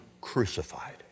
crucified